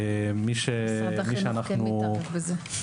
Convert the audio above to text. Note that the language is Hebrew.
משרד החינוך כן מתערב בזה.